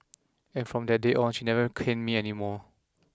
and from that day on she never caned me anymore